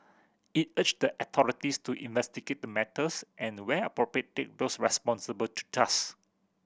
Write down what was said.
it urged the authorities to investigate the matters and where appropriate take those responsible to task